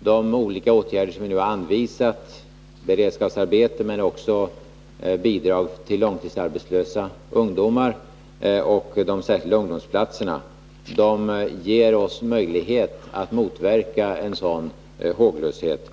De olika åtgärder som vi har anvisat — beredskapsarbeten men också bidrag till långtidsarbetslösa ungdomar och särskilda ungdomsplatser — ger oss möjlighet att motverka en sådan håglöshet.